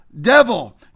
devil